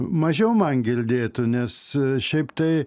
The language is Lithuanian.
mažiau man girdėtų nes šiaip tai